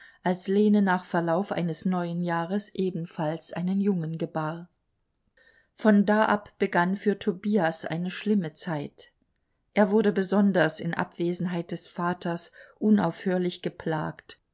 als lene nach verlauf eines neuen jahres ebenfalls einen jungen gebar von da ab begann für tobias eine schlimme zeit er wurde besonders in abwesenheit des vaters unaufhörlich geplagt